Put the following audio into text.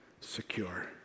secure